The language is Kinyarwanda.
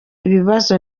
ibibazo